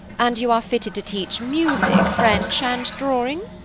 and you are fitted to teach music, french, and drawing?